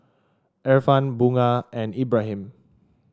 Irfan Bunga and Ibrahim